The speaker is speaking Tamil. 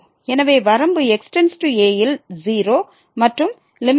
எனவே வரம்பு x→a ல் 0 மற்றும் g 0